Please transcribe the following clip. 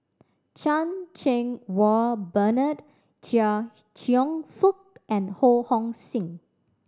Chan Cheng Wah Bernard Chia Cheong Fook and Ho Hong Sing